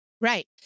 Right